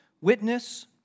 witness